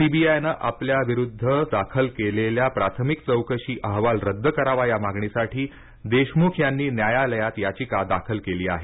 CBI नं आपल्याविरुद्ध दाखल केलेला प्राथमिक चौकशी अहवाल रद्द करावा या मागणीसाठी देशमुख यांनी न्यायालयात याचिका दाखल केली आहे